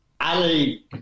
Ali